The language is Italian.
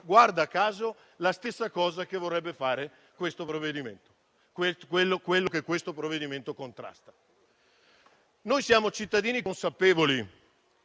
guarda caso la stessa cosa che vorrebbe fare quello che questo provvedimento contrasta. Noi siamo cittadini consapevoli.